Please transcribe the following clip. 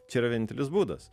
čia yra vienintelis būdas